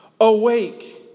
awake